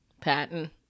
Patton